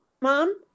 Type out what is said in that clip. mom